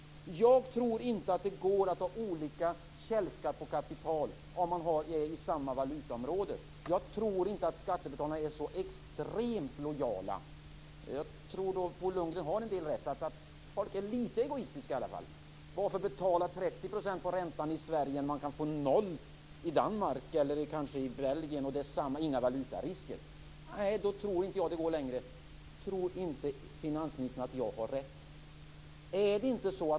Jag tror inte att det går att ha olika källskatt på kapital om man är i samma valutaområde. Jag tror inte att skattebetalarna är så extremt lojala. Jag tror att Bo Lundgren till viss del har rätt i att folk är litet egoistiska i alla fall. Varför betala 30 % i ränta i Sverige om man kan få noll i Danmark eller kanske i Belgien och det inte innebär några valutarisker. Nej, då tror inte jag att det går längre. Tror inte finansministern att jag har rätt?